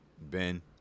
Ben